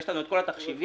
יש לנו כל התחשיבים.